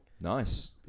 Nice